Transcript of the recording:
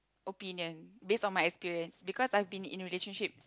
opinion based on my experience because I've been in a relationship